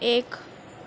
ایک